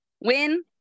win